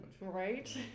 Right